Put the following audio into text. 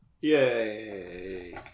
Yay